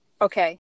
Okay